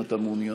אם אתה מעוניין.